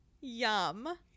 Yum